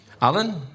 Alan